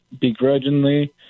begrudgingly